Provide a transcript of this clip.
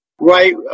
right